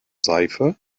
seife